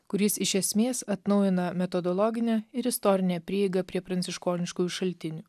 kuris iš esmės atnaujina metodologinę ir istorinę prieigą prie pranciškoniškųjų šaltinių